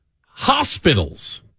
hospitals